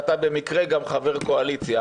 ואתה במקרה גם חבר קואליציה,